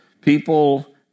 People